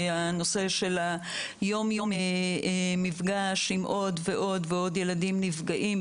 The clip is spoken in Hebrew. המפגש היום-יומי עם עוד ועוד ילדים שנפגעים,